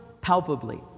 palpably